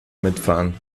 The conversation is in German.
mitfahren